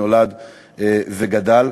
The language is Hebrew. נולד וגדל,